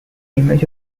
image